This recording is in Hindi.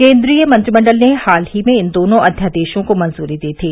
केन्द्रीय मंत्रिमंडल ने हाल ही में इन दोनों अध्यादेशों को मंजूरी दी थी